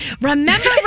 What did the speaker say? remember